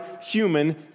human